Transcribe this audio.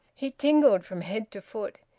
he tingled from head to foot.